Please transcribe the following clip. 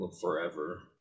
forever